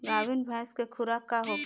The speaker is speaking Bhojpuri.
गाभिन भैंस के खुराक का होखे?